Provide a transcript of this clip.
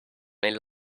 may